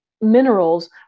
minerals